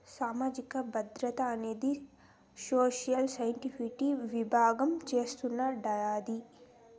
సామాజిక భద్రత అనేది సోషల్ సెక్యూరిటీ విభాగం చూస్తాండాది